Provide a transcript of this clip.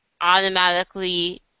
automatically